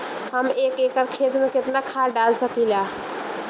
हम एक एकड़ खेत में केतना खाद डाल सकिला?